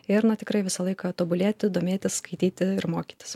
ir na tikrai visą laiką tobulėti domėtis skaityti ir mokytis